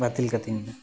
ᱵᱟᱹᱛᱤᱞ ᱠᱟᱹᱛᱤᱧ ᱢᱮ